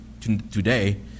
today